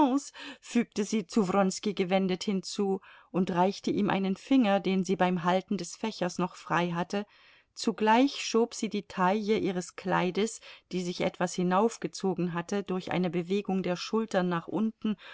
fügte sie zu wronski gewendet hinzu und reichte ihm einen finger den sie beim halten des fächers noch frei hatte zugleich schob sie die taille ihres kleides die sich etwas hinaufgezogen hatte durch eine bewegung der schultern nach unten